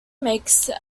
makes